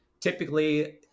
typically